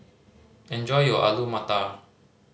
enjoy your Alu Matar